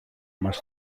μας